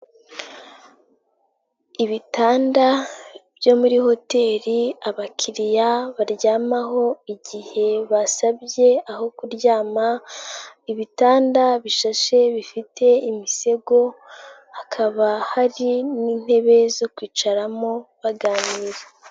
Ibitanda byo muri hoteri abakiriya baryamaho igihe basabye aho kuryama, ibitanda bishashe bifite imisego, hakaba hari n'intebe zo kwicaramo baganira.